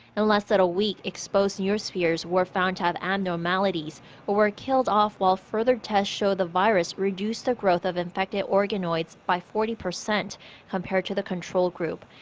in less than a week, exposed neurospheres were found to have abnormalities abnormalities or were killed off while further tests showed the virus reduced the growth of infected organoids by forty percent compared to the control group.